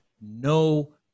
no